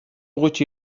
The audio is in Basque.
gutxi